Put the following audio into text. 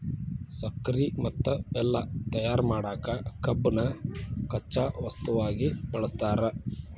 ಸಕ್ಕರಿ ಮತ್ತ ಬೆಲ್ಲ ತಯಾರ್ ಮಾಡಕ್ ಕಬ್ಬನ್ನ ಕಚ್ಚಾ ವಸ್ತುವಾಗಿ ಬಳಸ್ತಾರ